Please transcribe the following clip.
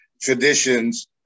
traditions